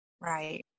Right